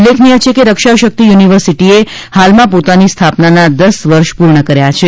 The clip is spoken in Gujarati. ઉલ્લેખનીય છે કે રક્ષા શક્તિ યુનિવર્સિટીએ હાલમાં પોતાની સ્થાપનાનાં દસ વર્ષ પૂર્ણ કર્યા છે